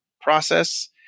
process